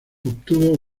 obtuvo